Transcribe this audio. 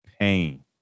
pain